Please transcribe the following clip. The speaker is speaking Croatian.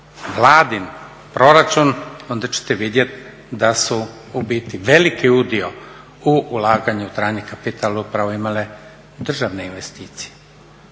Vladin proračun onda ćete vidjeti da su u biti veliki udio u ulaganju u trajni kapital upravo imale državne investicije,